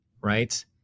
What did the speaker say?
right